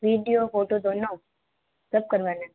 video photo दोनों सब करवाना है